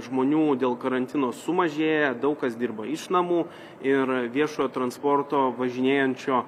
žmonių dėl karantino sumažėję daug kas dirba iš namų ir viešojo transporto važinėjančio